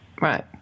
right